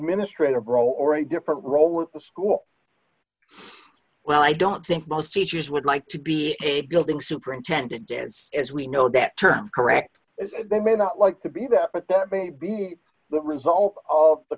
administrative role or a different role with the school well i don't think most teachers would like to be a building superintendent dance as we know that term correct they may not like to be that but that may be the result of d the